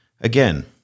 again